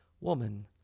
woman